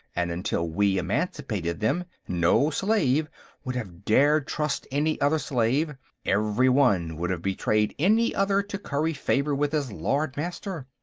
and until we emancipated them, no slave would have dared trust any other slave every one would have betrayed any other to curry favor with his lord-master.